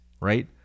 right